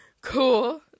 cool